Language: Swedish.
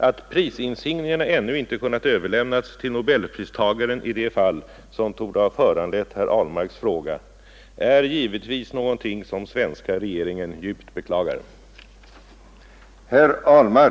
Att prisinsignierna ännu inte kunnat överlämnas till nobelpristagaren i det fall, som torde ha föranlett herr Ahlmarks fråga, är givetvis någonting som svenska regeringen djupt beklagar.